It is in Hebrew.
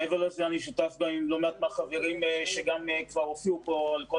מעבר לזה אני שותף גם עם לא מעט מהחברים שהופיעו פה בכל